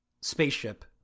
spaceship